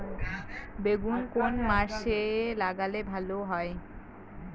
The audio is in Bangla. বেগুন কোন মাসে লাগালে ভালো হয়?